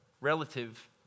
relative